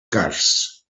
cars